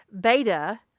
Beta